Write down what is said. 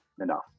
enough